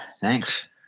Thanks